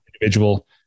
individual